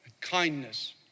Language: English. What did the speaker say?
kindness